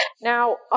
now